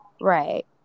right